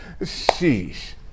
Sheesh